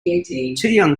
young